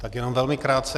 Tak jenom velmi krátce.